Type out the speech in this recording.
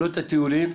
את הטיולים,